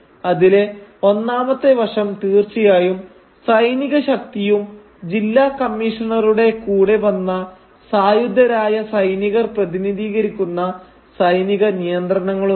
അതിലെ ഒന്നാമത്തെ വശം തീർച്ചയായും സൈനിക ശക്തിയും ജില്ലാ കമ്മീഷണറുടെ കൂടെ വന്ന സായുധരായ സൈനികർ പ്രതിനിധീകരിക്കുന്ന സൈനിക നിയന്ത്രണങ്ങളുമാണ്